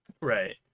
Right